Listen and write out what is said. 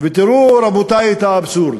ותראו את האבסורד: